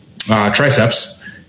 triceps